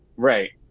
right.